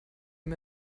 ihm